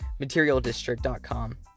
MaterialDistrict.com